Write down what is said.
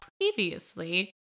previously